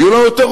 נכון מאוד.